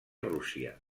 rússia